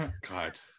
God